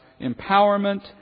empowerment